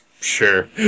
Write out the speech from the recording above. Sure